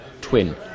twin